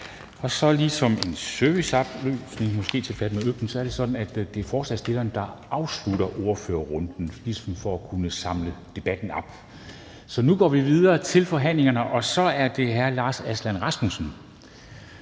Som en serviceoplysning, måske til Fatma Øktem, så er det sådan, at det er forslagsstilleren, der afslutter ordførerrunden. Det er ligesom for at kunne samle debatten op. Så nu går vi videre til forhandlingerne, og så er det hr. Lars Aslan Rasmussen,